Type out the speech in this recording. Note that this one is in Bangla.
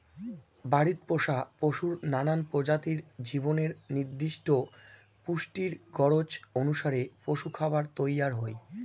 বাড়িত পোষা পশুর নানান প্রজাতির জীবনের নির্দিষ্ট পুষ্টির গরোজ অনুসারে পশুরখাবার তৈয়ার হই